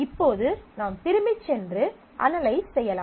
இப்போது நாம் திரும்பிச் சென்று அனலைஸ் செய்யலாம்